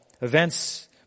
events